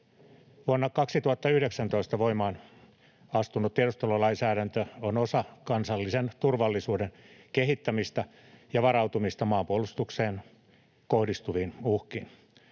Vuonna 2019 voimaan astunut tiedustelulainsäädäntö on osa kansallisen turvallisuuden kehittämistä ja varautumista maanpuolustukseen kohdistuviin uhkiin.